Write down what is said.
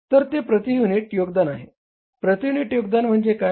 तर ते प्रती युनिट योगदान आहे प्रती युनिट योगदान म्हणजे काय